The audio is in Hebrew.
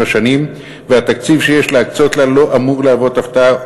שנים והתקציב שיש להקצות לה לא אמור להוות הפתעה.